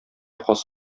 хас